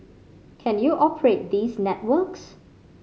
can you operate these networks